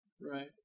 Right